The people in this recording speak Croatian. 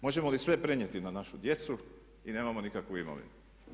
Možemo li sve prenijeti na našu djecu i nemamo nikakvu imovinu?